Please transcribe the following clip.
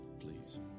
please